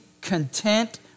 content